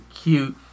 cute